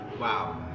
Wow